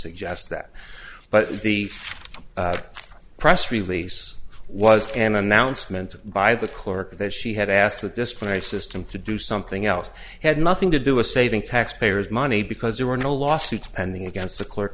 suggest that but the press release was an announcement by the clerk that she had asked to describe system to do something else had nothing to do a saving taxpayers money because there were no lawsuits pending against the clerk